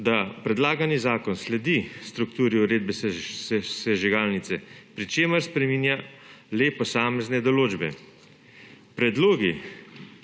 da predlagani zakon sledi strukturi uredbe za sežigalnice, pri čemer spreminja le posamezne določbe. Predlog